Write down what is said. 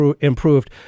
improved